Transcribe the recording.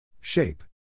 Shape